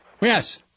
Yes